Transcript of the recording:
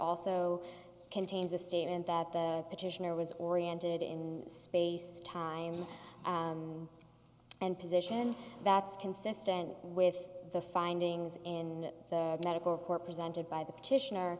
also contains a statement that the petitioner was oriented in space time and position that's consistent with the findings in the medical corps presented by the petition